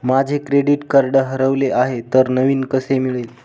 माझे credit card हरवले आहे तर नवीन कसे मिळेल?